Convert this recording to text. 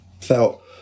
felt